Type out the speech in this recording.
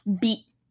beat